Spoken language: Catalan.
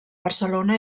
barcelona